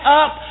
up